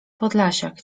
podlasiak